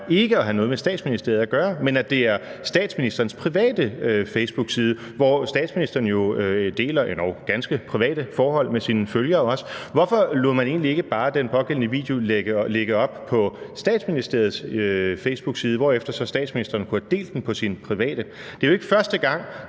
ikke at have noget med Statsministeriet at gøre, men at det er statsministerens private facebookside, hvor statsministeren jo også deler endog ganske private forhold med sine følgere? Hvorfor lod man egentlig ikke bare den pågældende video lægge op på Statsministeriets facebookside, hvorefter statsministeren så kunne have delt den på sin private? Det er jo ikke første gang,